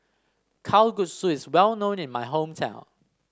kalguksu is well known in my hometown